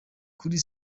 kuri